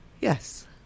Yes